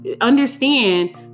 understand